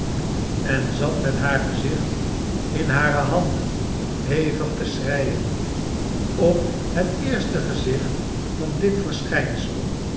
en zat met haar gezicht in hare handen hevig te schreien op het eerste gezicht van dit verschijnsel